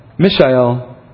Mishael